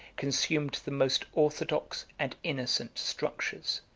consumed the most orthodox and innocent structures.